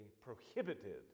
prohibited